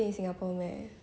stay in singapore leh